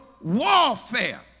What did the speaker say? warfare